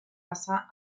passà